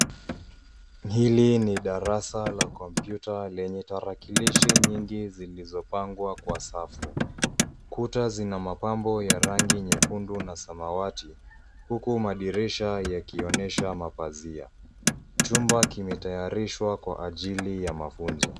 Hili ni darasa la kompyuta lenye tarakilishi nyingi zilizopangwa kwa safu. Kuta zina mapambo ya rangi nyekundu na samawati huku madirisha yakionyesha mapazia. Chumba kimetayarishwa kwa ajili ya mafunzo.